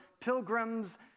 pilgrims